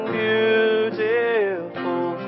beautiful